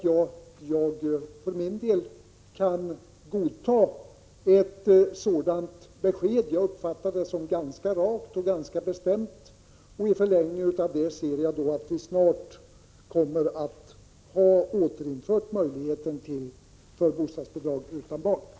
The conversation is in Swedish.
Jag kan godta ett sådant besked, som jag uppfattar som ganska rakt och bestämt, och i förlängningen av det ser jag att denna möjlighet snarast återinförs.